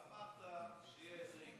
אתה בפתיח שלך אמרת שיהיה עיתון